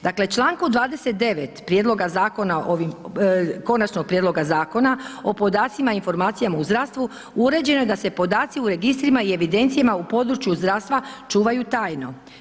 Dakle, člankom 29. prijedloga zakona ovim, Konačnog prijedloga Zakona o podacima i informacija u zdravstvu uređeno je da se podaci u registrima i evidencija u području zdravstva čuvaju tajno.